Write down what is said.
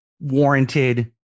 warranted